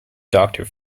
doctor